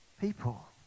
people